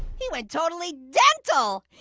he went totally dental.